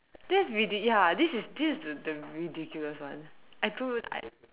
that's ridi~ ya this is this is the the ridiculous one I don't